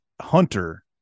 Hunter